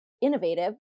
Innovative